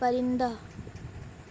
پرندہ